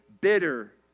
bitter